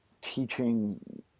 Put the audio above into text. teaching